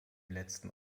letzten